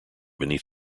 beneath